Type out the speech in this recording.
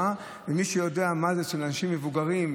ומי שיודע מה זה אצל אנשים מבוגרים,